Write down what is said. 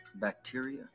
Bacteria